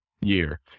year